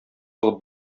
алып